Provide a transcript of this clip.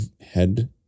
head